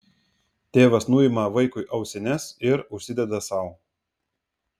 tėvas nuima vaikui ausines ir užsideda sau